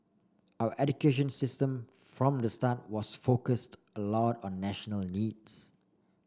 our education system from the start was focused a lot on national needs